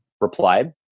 replied